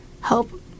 help